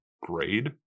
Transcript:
grade